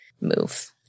move